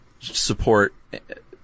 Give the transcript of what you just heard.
support